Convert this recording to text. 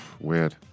weird